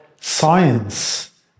science